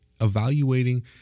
evaluating